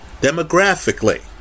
demographically